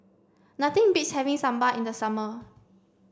nothing beats having Sambar in the summer